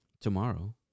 Tomorrow